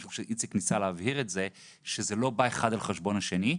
אני חושב שאיציק ניסה להבהיר שזה לא בא אחד על חשבון השני.